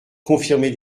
confirmer